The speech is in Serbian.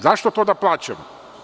Zašto to da plaćamo?